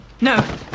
No